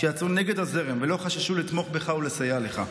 שיצאו נגד הזרם ולא חששו לתמוך בך ולסייע לך.